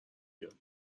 بیاد